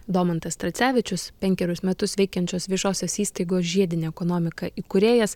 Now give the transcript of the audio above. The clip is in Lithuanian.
domantas tracevičius penkerius metus veikiančios viešosios įstaigos žiedinė ekonomika įkūrėjas